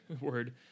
word